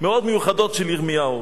מאוד מיוחדות של ירמיהו.